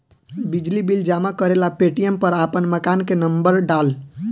बिजली बिल जमा करेला पेटीएम पर आपन मकान के नम्बर डाल